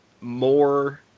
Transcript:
more